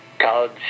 College